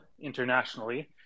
internationally